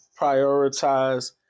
prioritize